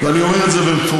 אני אומר את זה במפורש: